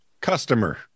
Customer